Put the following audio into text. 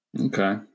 Okay